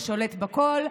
ששולט בכול,